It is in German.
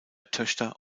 töchter